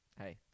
Hey